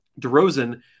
DeRozan